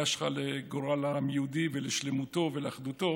שלך לגורל העם היהודי ולשלמותו ולאחדותו.